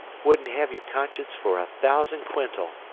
wouldn't hev your conscience fer a thousand quintal,